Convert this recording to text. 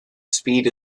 speed